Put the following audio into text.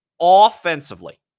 Offensively